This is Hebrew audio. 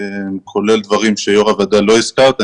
כולל דברים שיושבת ראש הוועדה לא הזכרת.